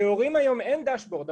להורים היום אין דאשבורד.